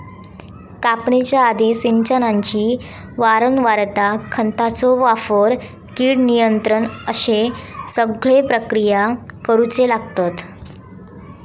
कापणीच्या आधी, सिंचनाची वारंवारता, खतांचो वापर, कीड नियंत्रण अश्ये सगळे प्रक्रिया करुचे लागतत